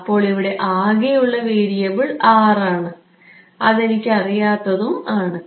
അപ്പോൾ ഇവിടെ ആകെയുള്ള വേരിയബിൾ R ആണ് അതെനിക്ക് അറിയാത്തതും ആണ്